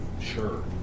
sure